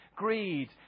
Greed